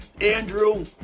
Andrew